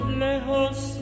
lejos